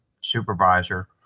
supervisor